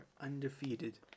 undefeated